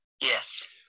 Yes